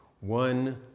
one